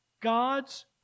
God's